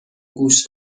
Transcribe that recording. گوش